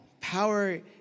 power